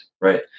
right